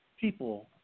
people